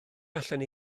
allwn